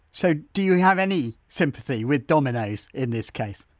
so do you have any sympathy with domino's in this case?